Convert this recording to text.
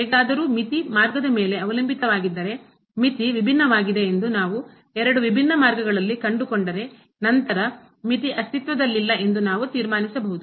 ಹೇಗಾದರೂ ಮಿತಿ ಮಾರ್ಗದ ಮೇಲೆ ಅವಲಂಬಿತವಾಗಿದ್ದರೆ ಮಿತಿ ವಿಭಿನ್ನವಾಗಿದೆ ಎಂದು ನಾವು ಎರಡು ವಿಭಿನ್ನ ಮಾರ್ಗಗಳಲ್ಲಿ ಕಂಡುಕೊಂಡರೆ ನಂತರ ಮಿತಿ ಅಸ್ತಿತ್ವದಲ್ಲಿಲ್ಲ ಎಂದು ನಾವು ತೀರ್ಮಾನಿಸಬಹುದು